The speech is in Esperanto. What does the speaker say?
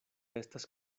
estas